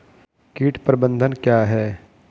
कीट प्रबंधन क्या है?